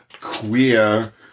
queer